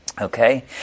Okay